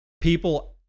people